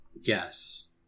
Yes